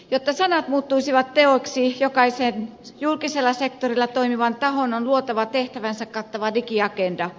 jotta sanat muuttuisivat teoiksi jokaisen julkisella sektorilla toimivan tahon on luotava tehtävänsä kattava digiagenda